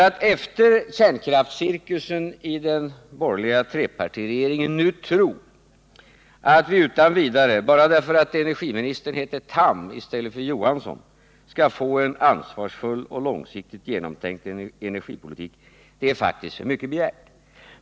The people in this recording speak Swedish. Att efter kärnkraftscirkusen i den borgerliga trepartiregeringen nu tro att vi utan vidare, enbart därför att energiministern heter Tham i stället för Johansson, skall få en ansvarsfull och långsiktigt genomtänkt energipolitik är faktiskt för mycket begärt.